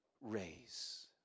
raise